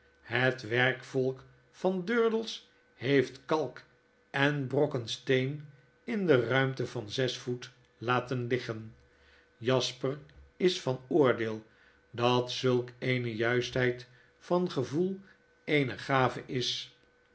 het werkvolk van durdels heeft kalk en brokken steen in de ruimte van zes voet laten liggen jasper is van oordeel dat zulk eene juistheid van gevoel eene gave is